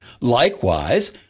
Likewise